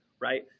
right